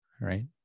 right